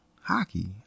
hockey